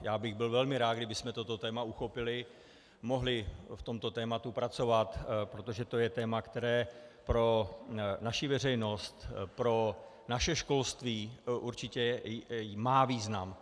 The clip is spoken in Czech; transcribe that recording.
Já bych byl velmi rád, kdybychom toto téma uchopili, mohli v tomto tématu pracovat, protože to je téma, které pro naší veřejnost, pro naše školství určitě má význam.